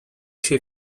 się